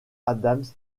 adams